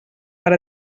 per